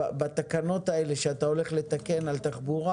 בתקנות שאתה הולך לתקן על תחבורה